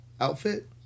outfit